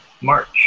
March